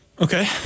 Okay